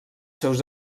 seus